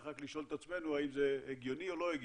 רק לשאול את עצמנו האם זה הגיוני או לא הגיוני.